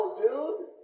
dude